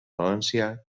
valencià